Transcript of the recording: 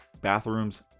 bathrooms